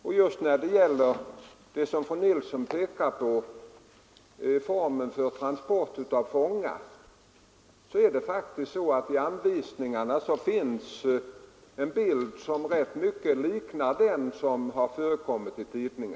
Och när det gäller formen för transport av fångar, som fru Nilsson i Sunne här har pekat på, är det faktiskt så att det i anvisningarna finns en bild som ganska mycket liknar den som har förekommit i pressen.